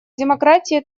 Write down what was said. демократия